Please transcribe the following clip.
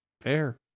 Fair